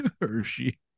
Hershey